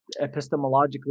epistemologically